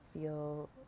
feel